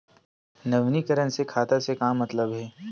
नवीनीकरण से खाता से का मतलब हे?